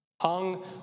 hung